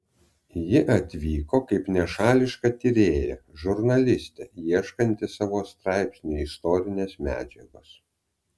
ji atvyko kaip nešališka tyrėja žurnalistė ieškanti savo straipsniui istorinės medžiagos